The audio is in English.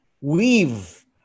weave